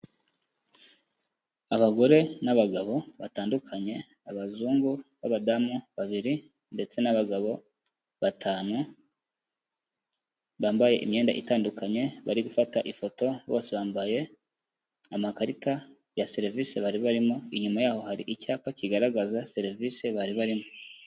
Abagore n'abagabo batandukanye, abazungu b'abadamu babiri ndetse n'abagabo batanu, bambaye imyenda itandukanye bari gufata ifoto bose bambaye amakarita ya serivisi bari barimo, inyuma yaho hari icyapa kigaragaza serivisi bari barimo.